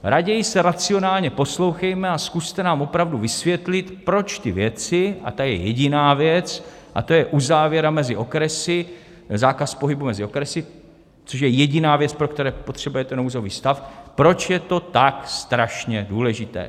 Raději se racionálně poslouchejme a zkuste nám opravdu vysvětlit, proč ty věci a ta je jediná věc, a to je uzávěra mezi okresy, zákaz pohybu mezi okresy, což je jediná věc, pro kterou potřebujete nouzový stav proč je to tak strašně důležité.